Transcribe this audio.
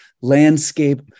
landscape